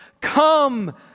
come